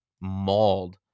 mauled